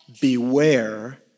Beware